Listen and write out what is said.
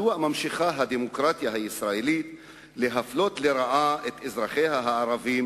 מדוע ממשיכה הדמוקרטיה הישראלית להפלות לרעה את אזרחיה הערבים